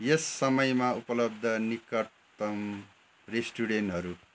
यस समयमा उपलब्ध निकटतम रेस्टुरेन्टहरू